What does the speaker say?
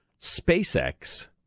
SpaceX